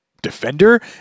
defender